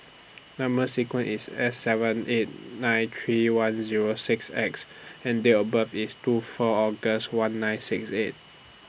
Number sequence IS S seven eight nine three one Zero six X and Date of birth IS two four August one nine six eight